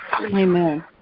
Amen